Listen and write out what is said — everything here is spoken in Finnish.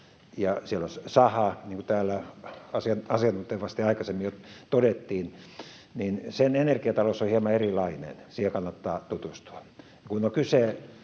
ja jossa on saha, niin kuin täällä asiantuntevasti aikaisemmin jo todettiin, niin sen energiatalous on hieman erilainen. Siihen kannattaa tutustua. Kun on kyse